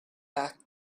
back